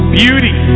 beauty